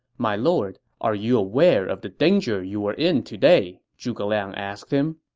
my lord, are you aware of the danger you were in today? zhuge liang asked him